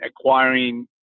acquiring